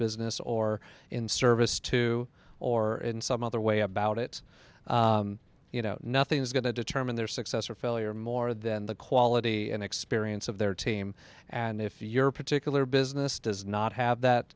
business or in service to or in some other way about it you know nothing is going to determine their success or failure more than the quality and experience of their team and if your particular business does not have that